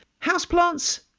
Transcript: houseplants